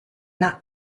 not